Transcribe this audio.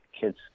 kids